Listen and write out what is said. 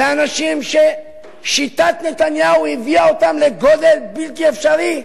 זה אנשים ששיטת נתניהו הביאה אותם לגודל בלתי אפשרי.